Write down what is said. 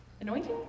Anointing